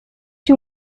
you